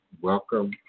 Welcome